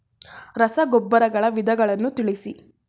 ರಸಗೊಬ್ಬರಗಳ ವಿಧಗಳನ್ನು ತಿಳಿಸಿ?